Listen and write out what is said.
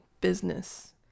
business